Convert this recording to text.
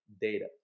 data